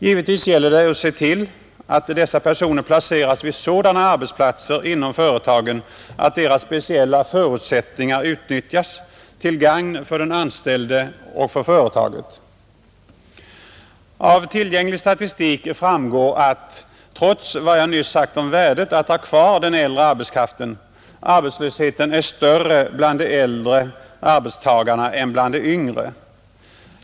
Givetvis gäller det att se till att dessa personer placeras vid sådana arbetsplatser inom företagen att deras speciella förutsättningar utnyttjas, till gagn både för den anställde och för företaget. Av tillgänglig statistik framgår att, trots vad jag nyss sagt om värdet av att ha kvar den äldre arbetskraften, arbetslösheten är större bland de äldre arbetstagarna än bland de yngre.